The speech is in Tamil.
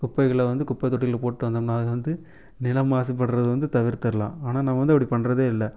குப்பைகளை வந்து குப்பத் தொட்டியில போட்டுகிட்டு வந்தோம்னா வந்து நிலம் மாசுபடுறது வந்து தவிர்த்தரலாம் ஆனால் நம்ம வந்து அப்படி பண்ணுறதே இல்லை